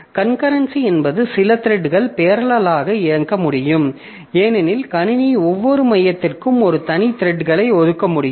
concurrency என்பது சில த்ரெட்கள் பேரலல்லாக இயங்க முடியும் ஏனெனில் கணினி ஒவ்வொரு மையத்திற்கும் ஒரு தனி த்ரெட்களை ஒதுக்க முடியும்